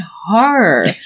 horror